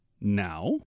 now